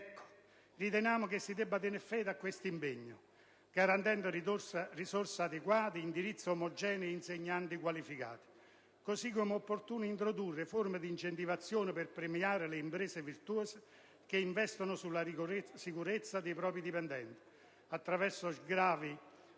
Ecco, riteniamo che si debba tener fede a questo impegno, garantendo risorse adeguate, indirizzi omogenei e insegnanti qualificati. Allo stesso modo, è opportuno introdurre forme di incentivazione per premiare le imprese virtuose che investono sulla sicurezza dei propri dipendenti, attraverso sgravi ed